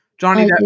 johnny